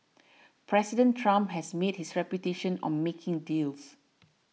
President Trump has made his reputation on making deals